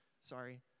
Sorry